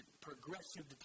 progressive